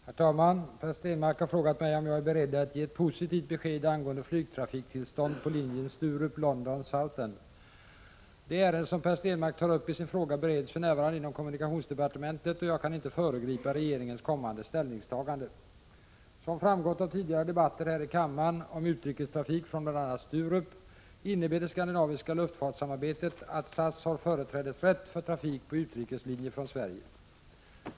Herr talman! Per Stenmarck har frågat mig om jag är beredd att ge ett positivt besked angående flygtrafiktillstånd på linjen Sturup-London Southend. Det ärende som Per Stenmarck tar upp i sin fråga bereds för närvarande inom kommunikationsdepartementet, och jag kan inte föregripa regeringens kommande ställningstagande. Som framgått av tidigare debatter här i kammaren om utrikestrafik från bl.a. Sturup innebär det skandinaviska luftfartssamarbetet att SAS har företrädesrätt för trafik på utrikeslinjer från Sverige.